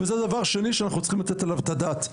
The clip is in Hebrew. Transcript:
זה הדבר השני שאנחנו צריכים לתת עליו את הדעת.